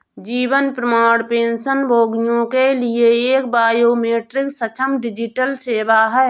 जीवन प्रमाण पेंशनभोगियों के लिए एक बायोमेट्रिक सक्षम डिजिटल सेवा है